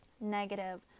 negative